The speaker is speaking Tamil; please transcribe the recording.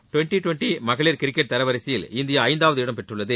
டுவெண்டி டுவெண்டி மகளிர் கிரிக்கெட் தரவரிசையில் இந்தியா ஐந்தாவது இடம் பெற்றுள்ளது